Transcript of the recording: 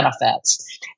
benefits